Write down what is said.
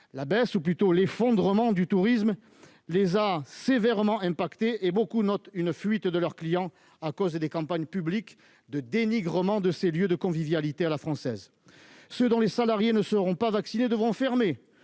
La baisse, ou plutôt l'effondrement, du tourisme les a sévèrement impactés et beaucoup d'entre eux notent une fuite de leurs clients à cause des campagnes publiques de dénigrement de ces lieux de convivialité à la française. Ceux dont les salariés ne seront pas vaccinés devront fermer,